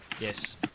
Yes